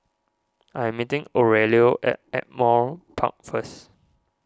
I am meeting Aurelio at Ardmore Park first